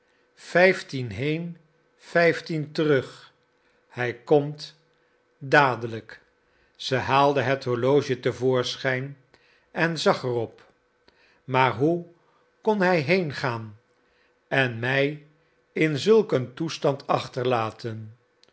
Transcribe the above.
vijftien heen vijftien terug hij komt dadelijk zij haalde het horloge te voorschijn en zag er op maar hoe kon hij heengaan en mij in zulk een toestand achterlaten